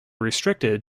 restricted